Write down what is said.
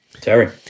Terry